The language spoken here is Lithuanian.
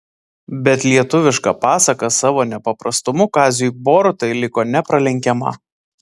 bet lietuviška pasaka savo nepaprastumu kaziui borutai liko nepralenkiama